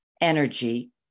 energy